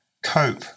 cope